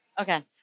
Okay